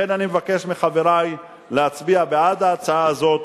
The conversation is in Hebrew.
לכן אני מבקש מחברי להצביע בעד ההצעה הזאת,